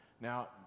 Now